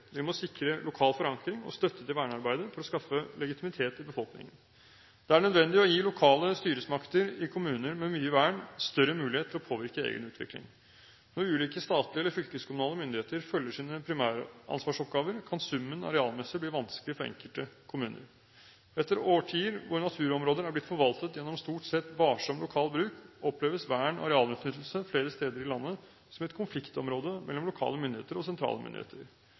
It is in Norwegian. Vi må sikre lokal forankring og støtte til vernearbeidet for å skaffe legitimitet i befolkningen. Det er nødvendig å gi lokale styresmakter i kommuner med mye vern større mulighet til å påvirke egen utvikling. Når ulike statlige eller fylkeskommunale myndigheter følger sine primæransvarsoppgaver, kan summen arealmessig bli vanskelig for enkelte kommuner. Etter årtier hvor naturområder er blitt forvaltet gjennom stort sett varsom lokal bruk, oppleves vern/arealutnyttelse flere steder i landet som et konfliktområde mellom lokale myndigheter og sentrale myndigheter.